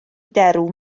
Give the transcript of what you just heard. derw